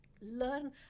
learn